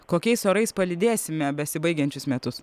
kokiais orais palydėsime besibaigiančius metus